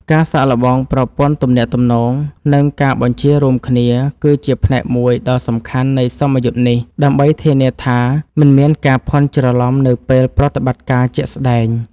ការសាកល្បងប្រព័ន្ធទំនាក់ទំនង និងការបញ្ជារួមគ្នា គឺជាផ្នែកមួយដ៏សំខាន់នៃសមយុទ្ធនេះ ដើម្បីធានាថាមិនមានការភាន់ច្រឡំនៅពេលប្រតិបត្តិការជាក់ស្តែង។